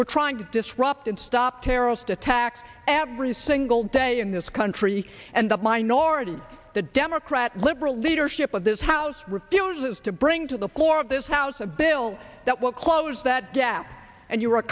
we're trying to disrupt and stop terrorist attack every single day in this country and the minority the democrat liberal leadership of this house refuses to bring to the floor of this house a bill that will close that gap and you